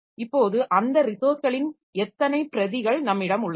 இப்போது அந்த ரிசோர்ஸ்களின் எத்தனை பிரதிகள் நம்மிடம் உள்ளன